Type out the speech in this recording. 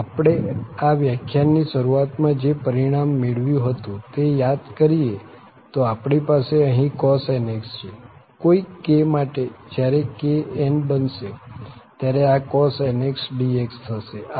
અને આપણે આ વ્યાખ્યાનની શરૂઆત માં જે પરિણામ મેળવ્યું હતું તે યાદ કરીએ તો આપણી પાસે અહીં cos nx છે કોઈક k માટે જયારે k n બનશે ત્યારે આ cos nx dx થશે